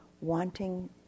wanting